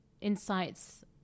insights